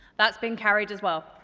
that's been carried as well.